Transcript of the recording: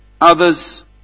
Others